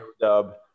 Dub